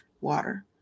water